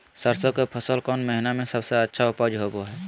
सरसों के फसल कौन महीना में सबसे अच्छा उपज होबो हय?